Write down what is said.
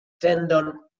tendon